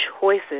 choices